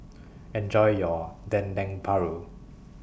Enjoy your Dendeng Paru